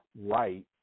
right